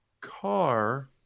car